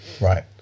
Right